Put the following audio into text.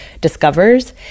discovers